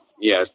Yes